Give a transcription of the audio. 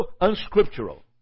unscriptural